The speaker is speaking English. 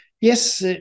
Yes